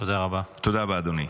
תודה רבה, אדוני.